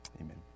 Amen